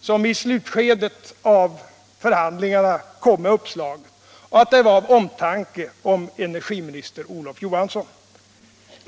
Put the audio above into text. som i slutskedet av förhandlingarna kom med uppslaget och att det var av omtanke om energiminister Olof Johansson.